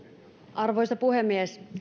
arvoisa puhemies